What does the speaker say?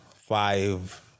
five